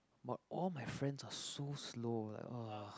but all my friends are so slow like uh